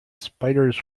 spiders